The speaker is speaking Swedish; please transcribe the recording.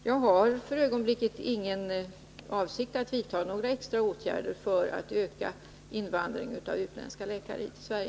Jag har för ögonblicket inte någon avsikt att vidta några extra åtgärder för att öka invandring av utländska läkare till Sverige.